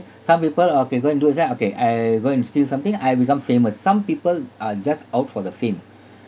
some people okay go and do that okay uh go and steal something I'll become famous some people are just out for the fame